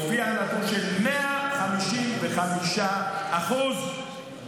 הופיע נתון של 155% גידול